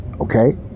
okay